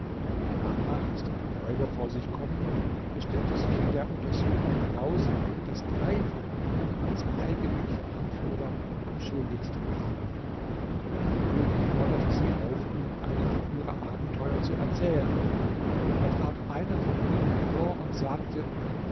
kana ließ dann die räuber vor sich kommen und es stellte sich in der untersuchung heraus daß drei von ihnen als eigentliche anführer am schuldigsten waren der könig forderte sie auf ihm einige ihrer abenteuer zu erzählen da trat einer von ihnen hervor und sagte